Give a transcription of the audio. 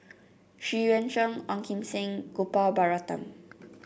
Xu Yuan Zhen Ong Kim Seng and Gopal Baratham